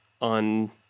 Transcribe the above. on